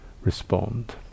respond